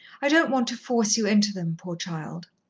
i don't want to force you into them, poor child.